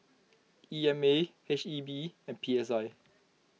E M A H E B and P S I